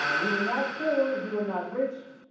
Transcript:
um we were not poor we were not rich.